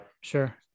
Sure